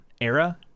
era